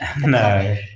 No